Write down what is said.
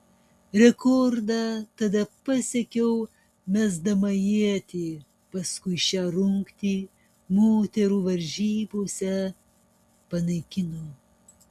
rekordą tada pasiekiau mesdama ietį paskui šią rungtį moterų varžybose panaikino